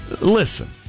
Listen